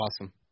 Awesome